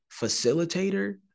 facilitator